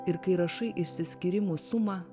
ir kai rašai išsiskyrimų sumą